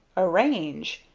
arrange!